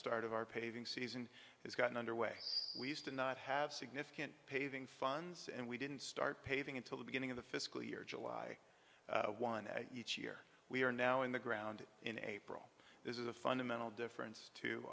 start of our paving season has gotten underway we used to not have significant paving funds and we didn't start paving until the beginning of the fiscal year july one each year we are now in the ground in april this is a fundamental difference to